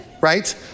right